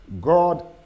God